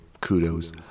Kudos